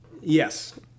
yes